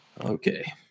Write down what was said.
Okay